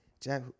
Jack